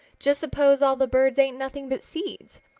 just suppose all the birds ate nothing but seeds.